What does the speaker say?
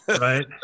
right